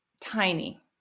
tiny